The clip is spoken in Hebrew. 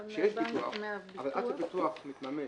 עד שהביטוח מתממש,